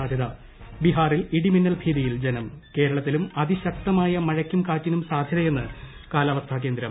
സാധ്യത ബിഹാറിൽ ഇടിമിന്നൽ ഭീതിയിൽ ജനം കേരളത്തിലും അതിശക്തമായ മഴയ്ക്കും കാറ്റിനും സാധ്യതയെന്ന് കാലാവസ്ഥാ കേന്ദ്രം